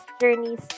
journeys